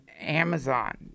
Amazon